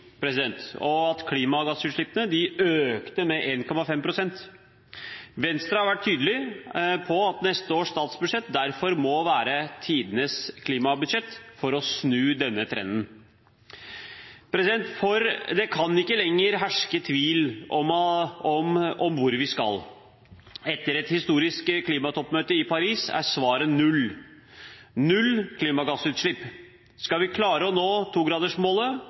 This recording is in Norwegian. og at klimagassutslippene økte med 1,5 pst. Venstre har vært tydelig på at neste års statsbudsjett derfor må være tidenes klimabudsjett for å snu denne trenden. Det kan ikke lenger herske tvil om hvor vi skal. Etter et historisk klimatoppmøte i Paris er svaret null – null klimagassutslipp. Skal vi klare å nå